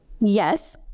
Yes